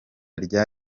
rya